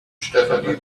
stefanie